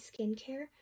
skincare